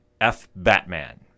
F-Batman